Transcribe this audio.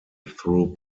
through